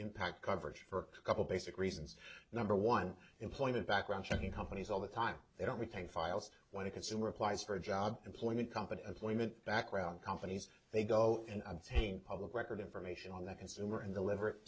impact coverage for a couple basic reasons number one employment background checking companies all the time they don't we take files when a consumer applies for a job and point to a company appointment background companies they go and obtain public record information on that consumer and the lever